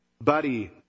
Buddy